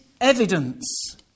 evidence